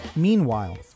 Meanwhile